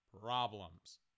problems